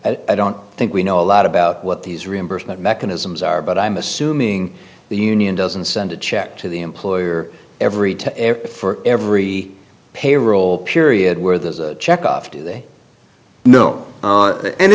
at i don't think we know a lot about what these reimbursement mechanisms are but i'm assuming the union doesn't send a check to the employer every to air for every payroll period where there's a check off do they know